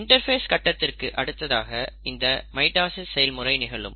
interface கட்டத்திற்கு அடுத்ததாக இந்த மைட்டாசிஸ் செயல் முறை நிகழும்